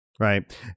Right